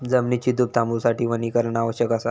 जमिनीची धूप थांबवूसाठी वनीकरण आवश्यक असा